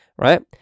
Right